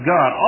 God